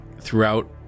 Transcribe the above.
throughout